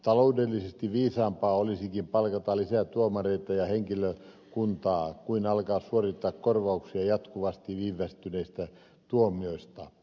taloudellisesti viisaampaa olisikin palkata lisää tuomareita ja henkilökuntaa kuin alkaa suorittaa korvauksia jatkuvasti viivästyneistä tuomioista